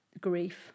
grief